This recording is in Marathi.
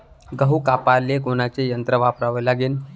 गहू कापाले कोनचं यंत्र वापराले लागन?